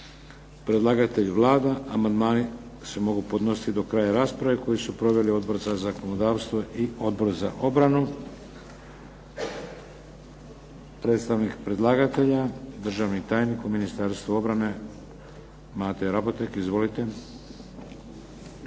Predlagatelj je Vlada. Amandmani se mogu podnositi do kraja rasprave koju su proveli Odbor za zakonodavstvo i Odbor za obranu. Predstavnik predlagatelja, državni tajnik u Ministarstvu obrane, Mate Raboteg. Izvolite.